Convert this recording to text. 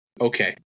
okay